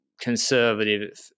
conservative